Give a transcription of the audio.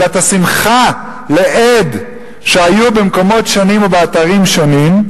אלא את דברי השמחה לאיד שהיו במקומות שונים ובאתרים שונים,